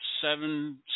seven